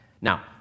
Now